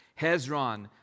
Hezron